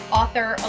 author